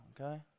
okay